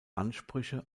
ansprüche